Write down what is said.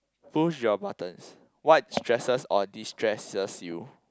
push your buttons what stresses or distresses you